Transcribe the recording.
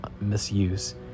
misuse